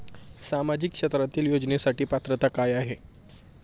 सामाजिक क्षेत्रांतील योजनेसाठी पात्रता काय आहे?